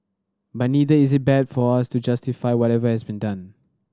but neither is it bad for us to justify whatever has been done